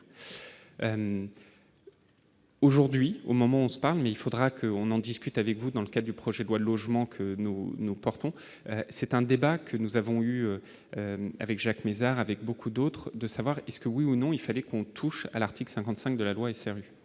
Aujourd'hui, au moment où on se parle, mais il faudra que on en discute avec vous dans le cas du projet de loi de logement que nous nous portons, c'est un débat que nous avons eue avec Jacques Mézard avec beaucoup d'autres, de savoir est-ce que oui ou non, il fallait qu'on touche à l'article 55 de la loi SRU,